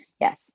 Yes